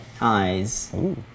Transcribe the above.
eyes